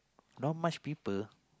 not much people